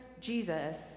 Jesus